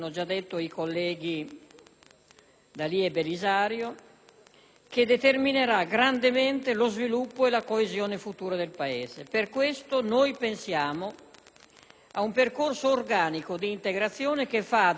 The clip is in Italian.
D'Alia e Belisario, che determinerà fortemente lo sviluppo e la coesione futuri del Paese. Per questo pensiamo ad un percorso organico d'integrazione, che fa dello stare insieme